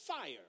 fire